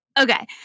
Okay